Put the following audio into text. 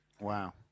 Wow